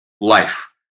life